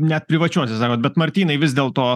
net privačiose sakot bet martynai vis dėl to